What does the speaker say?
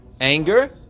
Anger